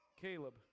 Caleb